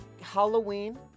Halloween